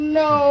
no